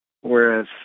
whereas